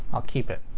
i'll keep it.